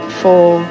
four